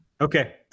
Okay